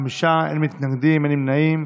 בעד, חמישה, אין מתנגדים, אין נמנעים.